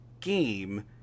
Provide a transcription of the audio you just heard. game